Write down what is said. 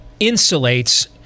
insulates